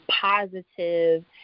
positive